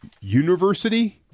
university